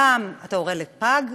פעם אתה הורה לפג,